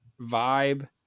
vibe